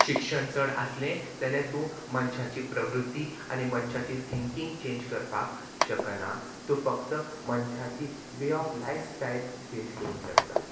शिक्षण चड आसलें जाल्यार तूं मनशाची प्रवृत्ती आनी मनशाची थिंकींग चेंज करपाक शकना तूं फक्त मनशाची way of lifestyle change करूंक शकता